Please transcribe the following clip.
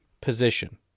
position